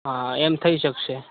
હા હા એમ થઈ શકશે